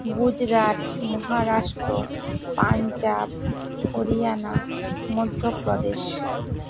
Gujarat Maharashtra Punjab Haryana Madhya Pradesh